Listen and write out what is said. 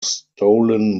stolen